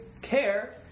care